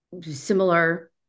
similar